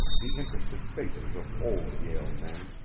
the interested faces of old yale men,